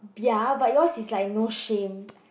ya but yours is like no shame